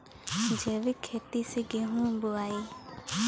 जैविक खेती से गेहूँ बोवाई